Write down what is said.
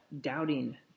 Doubting